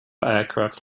aircraft